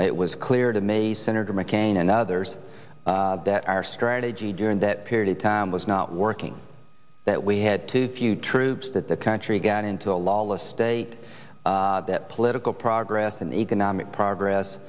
it was clear to me senator mccain and others that our strategy during that period of time was not working that we had to few troops that the country got into a lawless state that political progress and economic progress